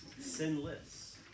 sinless